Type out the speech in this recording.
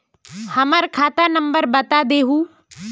हमर खाता नंबर बता देहु?